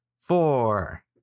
four